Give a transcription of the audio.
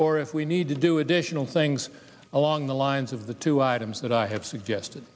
or if we need to do additional things along the lines of the two items that i have suggested